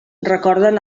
recorden